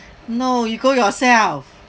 no you go yourself